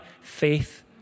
faith